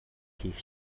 хийх